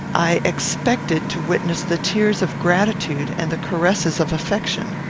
i expected to witness the tears of gratitude and the caresses of affection.